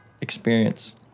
experience